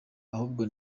ahubwo